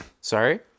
Sorry